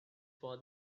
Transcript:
for